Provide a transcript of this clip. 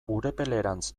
urepelerantz